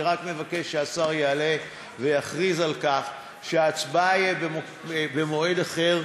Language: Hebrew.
אני רק מבקש שהשר יעלה ויכריז על כך שההצבעה תהיה במועד אחר,